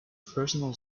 personal